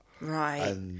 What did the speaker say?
Right